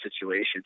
situations